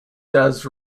does